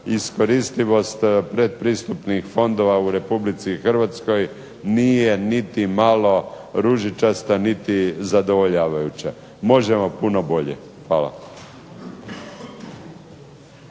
iskoristivost pretpristupnih fondova u Republici Hrvatskoj nije niti malo ružičasta niti zadovoljavajuća. Možemo puno bolje. Hvala.